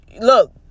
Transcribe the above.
look